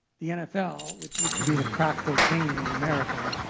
the nfl, which used to be the crack cocaine of america,